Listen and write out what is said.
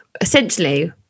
essentially